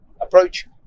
approach